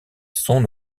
son